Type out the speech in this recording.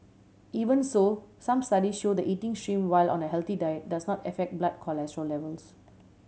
even so some study show the eating shrimp while on a healthy diet does not affect blood cholesterol levels